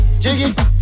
jiggy